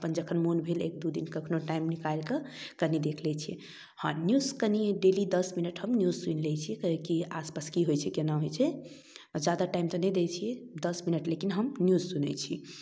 अपन जखन मोन भेल एक दू दिन कखनो टाइम निकालिकऽ कनी देख लै छियै हँ न्यूज कनी डेली दस मिनट हम न्यूज सुनि लै छी किएक कि आसपास की होइ छै केना होइ छै जादा टाइम तऽ नहि दै छियै दस मिनट लेकिन हम न्यूज सुनै छी